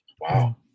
wow